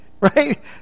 Right